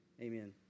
Amen